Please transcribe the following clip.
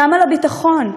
כמה לביטחון.